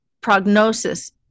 prognosis